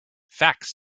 facts